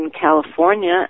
California